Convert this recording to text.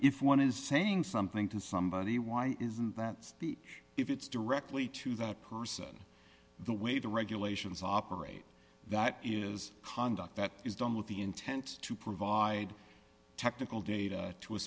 if one is saying something to somebody why isn't that speech if it's directly to that person the way the regulations operate that is conduct that is done with the intent to provide technical data to a